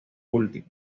último